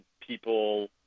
people